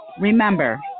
Remember